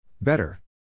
Better